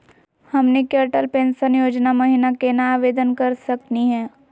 हमनी के अटल पेंसन योजना महिना केना आवेदन करे सकनी हो?